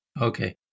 Okay